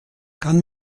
kann